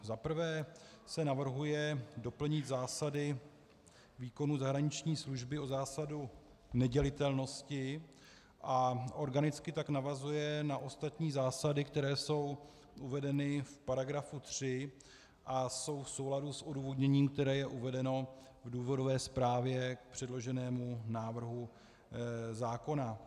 Za prvé se navrhuje doplnit zásady výkonu zahraniční služby o zásadu nedělitelnosti, a organicky tak navazuje na ostatní zásady, které jsou uvedeny v § 3 a jsou v souladu s odůvodněním, které je uvedeno v důvodové zprávě k předloženému návrhu zákona.